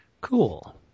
Cool